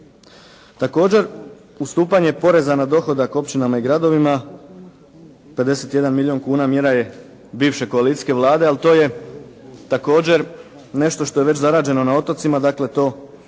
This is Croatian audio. Također, ustupanje poreza na dohodak općinama i gradovima 51 milijun kuna mjera je bivše koalicijske Vlade. Ali to je također nešto što je već zarađeno na otocima. Dakle, to